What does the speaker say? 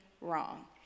wrong